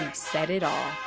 said it all.